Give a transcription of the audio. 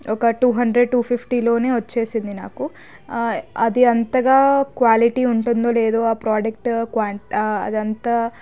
ఒక two hundred two fifty లోనే వచ్చేసింది నాకు అది అంతగా క్వాలిటీ ఉంటుందో లేదో ఆ ప్రోడక్ట్ అదంతా